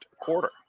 quarter